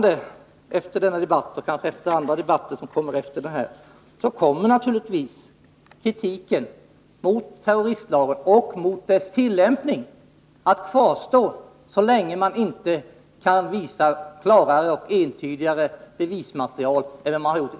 Efter denna debatt, och kanske även efter debatter som kommer efter den, kommer kritiken mot terroristlagen och mot dess tillämpning att kvarstå, så länge man inte kan visa upp ett klarare och entydigare bevismaterial än vad man här har gjort.